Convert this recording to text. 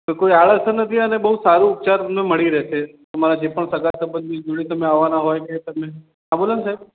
કોઈ આડઅસર નથી અને બહુ સારું ઉપચાર તમને મળી રહેશે તમારા જે પણ સગા સંબંધી જોડે તમે આવવાનાં હોય કે તમે હા બોલો ને સાહેબ